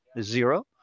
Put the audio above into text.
zero